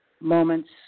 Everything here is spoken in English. moments